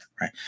right